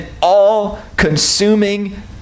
all-consuming